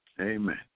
Amen